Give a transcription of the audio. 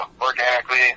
organically